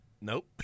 Nope